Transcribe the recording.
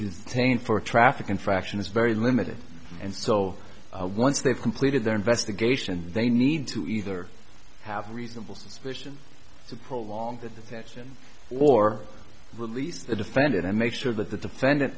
detain for a traffic infraction is very limited and so a once they've completed their investigation they need to either have reasonable suspicion to prolong the detention or release the defendant and make sure that the defendant